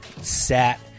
sat